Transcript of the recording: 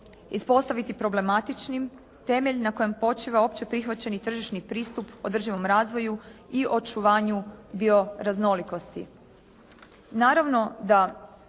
ispostaviti problematičnim, temelj na kojem počiva općeprihvaćeni tržišni pristup održivom razvoju i očuvanju bioraznolikosti.